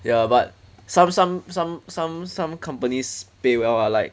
ya but some some some some some companies pay well ah like